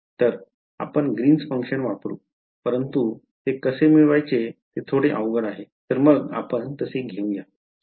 तर आम्ही green function वापरू परंतु ते कसे मिळवायचे ते थोडे अवघड आहे तर मग आपण तसे घेऊयात